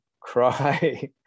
Cry